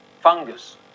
fungus